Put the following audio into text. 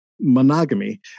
monogamy